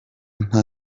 nta